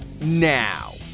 now